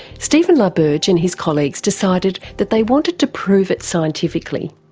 stephen la berge and his colleagues decided that they wanted to prove it scientifically.